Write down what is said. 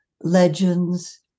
legends